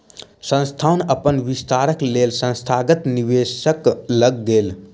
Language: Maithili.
संस्थान अपन विस्तारक लेल संस्थागत निवेशक लग गेल